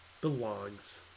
belongs